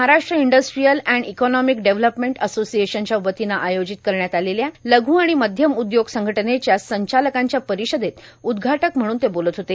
Maharashtra industrial and economic development अर्सोर्सिएशनच्यावतीनं आयोजित करण्यात आलेल्या लघू आर्ाण मध्यम उद्योग संघटनेच्या संचालकांच्या र्पारषदेत उद्घाटक म्हणून ते बोलत होते